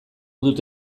dut